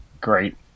great